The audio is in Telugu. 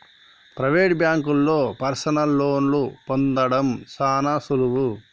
ప్రైవేట్ బాంకుల్లో పర్సనల్ లోన్లు పొందడం సాన సులువు